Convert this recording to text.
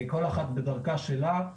כל אחת בדרכה שלה,